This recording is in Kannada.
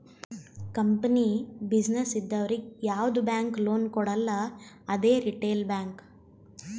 ಕಂಪನಿ, ಬಿಸಿನ್ನೆಸ್ ಇದ್ದವರಿಗ್ ಯಾವ್ದು ಬ್ಯಾಂಕ್ ಲೋನ್ ಕೊಡಲ್ಲ ಅದೇ ರಿಟೇಲ್ ಬ್ಯಾಂಕ್